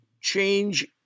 change